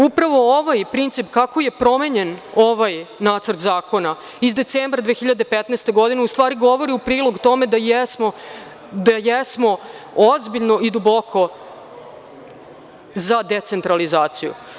Upravo ovaj princip, kako je promenjen ovaj Nacrt zakona, iz decembra 2015. godine, u stvari govorim u prilog tome da jesmo ozbiljno i duboko za decentralizaciju.